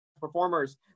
performers